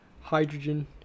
hydrogen